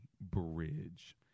bridge